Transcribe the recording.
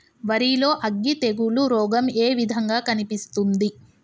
వరి లో అగ్గి తెగులు రోగం ఏ విధంగా కనిపిస్తుంది?